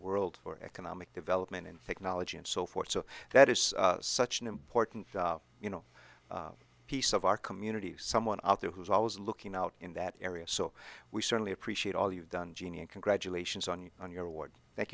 world for economic development and technology and so forth so that is such an important you know piece of our community someone out there who's always looking out in that area so we certainly appreciate all you've done jeannie and congratulations on you on your award tha